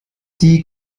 die